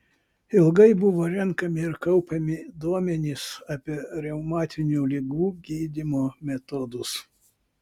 ilgai buvo renkami ir kaupiami duomenys apie reumatinių ligų gydymo metodus